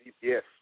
Yes